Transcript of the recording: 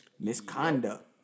misconduct